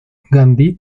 gandhi